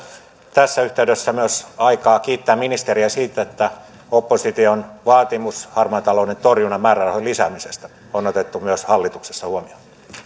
tässä yhteydessä myös aikaa kiittääkseni ministeriä siitä että opposition vaatimus harmaan talouden torjunnan määrärahojen lisäämisestä on otettu myös hallituksessa huomioon